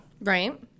Right